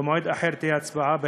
שבמועד אחר, בהקדם, תהיה הצבעה.